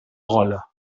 gola